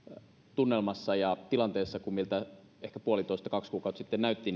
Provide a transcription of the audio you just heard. tunnelmassa ja tilanteessa kuin miltä ehkä puolitoista kaksi kuukautta sitten näytti